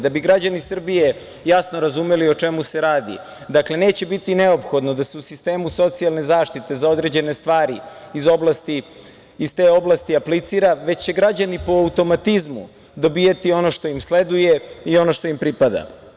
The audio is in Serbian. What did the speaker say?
Da bi građani Srbije jasno razumeli o čemu se radi, dakle, neće biti neophodno da se u sistemu socijalne zaštite za određene stvari iz te oblasti aplicira, već će građani po automatizmu dobijati ono što im sleduje i ono što im pripada.